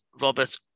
Robert